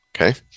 okay